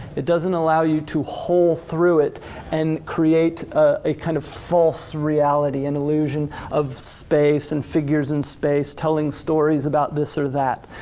it doesn't allow you to hole through it and create a kind of false reality and illusion of space, and figures in space, telling stories about this or that.